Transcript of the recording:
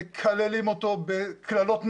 מקללים אותו בקללות נאצה,